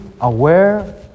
aware